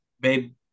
babe